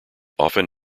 often